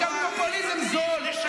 הוא גם לא עומד פה על הפרק.